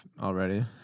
already